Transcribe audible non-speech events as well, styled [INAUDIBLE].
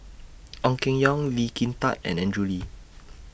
[NOISE] Ong Keng Yong Lee Kin Tat and Andrew Lee